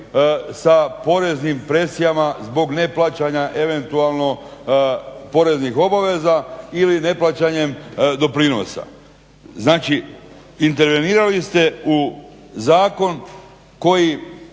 sa poreznim presijama zbog neplaćanja eventualno poreznih obaveza ili neplaćanjem doprinosa. Znači, intervenirali ste u zakon koji